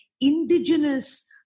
indigenous